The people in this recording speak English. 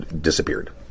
disappeared